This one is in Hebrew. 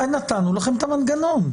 נתנו לכם את המנגנון.